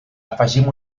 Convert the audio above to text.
afegim